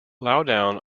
loudoun